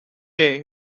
day